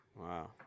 Wow